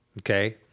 okay